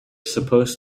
supposed